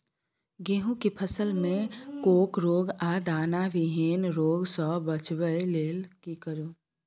गेहूं के फसल मे फोक रोग आ दाना विहीन रोग सॅ बचबय लेल की करू?